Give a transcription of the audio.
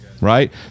right